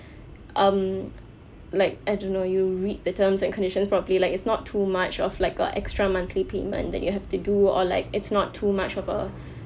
um like I don't know you read the terms and conditions properly like it's not too much of like a extra monthly payment that you have to do or like it's not too much of a